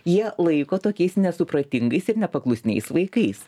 jie laiko tokiais nesupratingais ir nepaklusniais vaikais